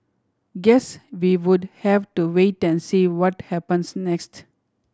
guess we would have to wait and see what happens next